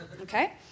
Okay